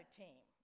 team